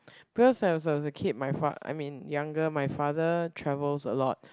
because as I was a kid my fa~ I mean younger my father travels a lot